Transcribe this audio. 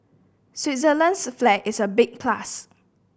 Switzerland's flag is a big plus